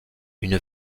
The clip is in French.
une